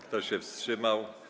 Kto się wstrzymał?